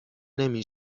نمی